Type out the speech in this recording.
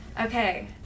Okay